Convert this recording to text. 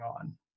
on